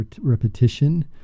repetition